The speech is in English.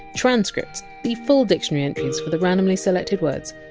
transcripts, the full dictionary entries for the randomly selected words,